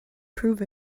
prove